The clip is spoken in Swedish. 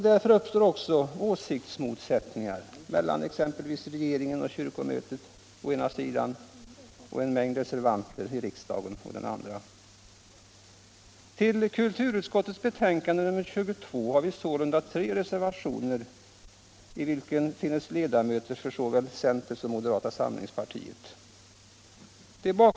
Därför uppstår också åsiktsmotsättningar mellan exempelvis regeringen och kyrkomötet å ena sidan och en mängd reservanter i riksdagen å den andra. Till kulturutskottets betänkande nr 22 har sålunda tre reservationer fogats av ledamöter från såväl centern som moderata samlingspartiet.